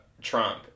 Trump